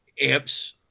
amps